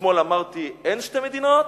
אתמול אמרתי: אין שתי מדינות,